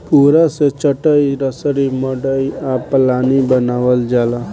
पुआरा से चाटाई, रसरी, मड़ई आ पालानी बानावल जाला